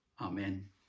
Amen